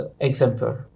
example